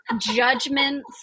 judgments